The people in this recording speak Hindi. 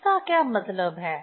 इसका क्या मतलब है